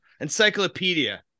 encyclopedia